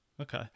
Okay